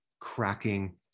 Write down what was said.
cracking